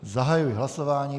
Zahajuji hlasování.